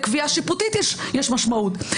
לקביעה שיפוטית יש משמעות,